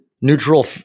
neutral